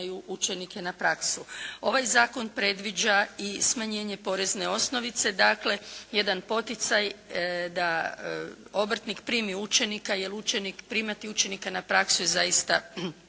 učenike na praksu. Ovaj Zakon predviđa i smanjenje porezne osnovice, dakle jedan poticaj da obrtnik primi učenika, jer primati učenika na praksu je zaista